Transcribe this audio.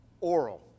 oral